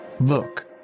Look